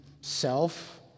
self